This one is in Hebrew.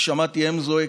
ושמעתי אם זועקת: